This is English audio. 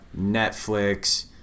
Netflix